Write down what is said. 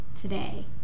today